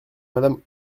madame